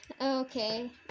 Okay